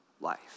life